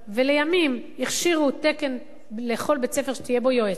ולימים הכשירו תקן לכל בית-ספר שתהיה בו יועצת,